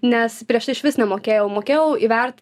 nes prieš tai išvis nemokėjau mokėjau įvert